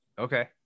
okay